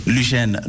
Lucien